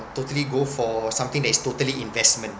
totally go for something that is totally investment